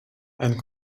and